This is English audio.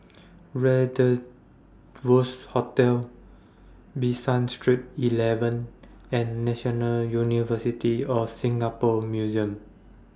Rendezvous Hotel Bishan Street eleven and National University of Singapore Museums